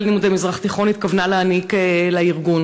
ללימודי המזרח התיכון התכוונה להעניק לארגון.